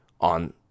on